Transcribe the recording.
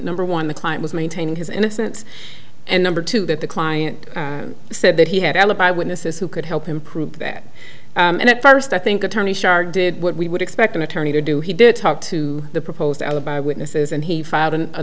number one the client was maintaining his innocence and number two that the client said that he had alibi witnesses who could help improve that and at first i think attorney sharp did what we would expect an attorney to do he did talk to the proposed alibi witnesses and he